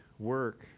work